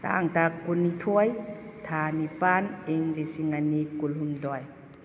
ꯇꯥꯡ ꯀꯨꯟꯅꯤꯊꯣꯏ ꯊꯥ ꯅꯤꯄꯥꯟ ꯏꯪ ꯂꯤꯁꯤꯡ ꯑꯅꯤ ꯀꯨꯟꯍꯨꯝꯗꯣꯏ